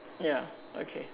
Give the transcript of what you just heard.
ya okay